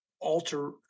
alter